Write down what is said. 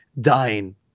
dying